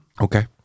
Okay